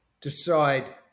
decide